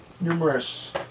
numerous